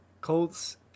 Colts